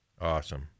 Awesome